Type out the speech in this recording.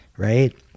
Right